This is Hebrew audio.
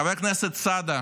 חבר הכנסת סעדה